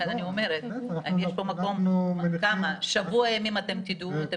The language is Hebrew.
תוך שבוע ימים אתם תדעו?